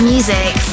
music